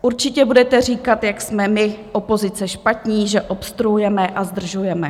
Určitě budete říkat, jak jsme my opozice špatní, že obstruujeme a zdržujeme.